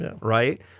right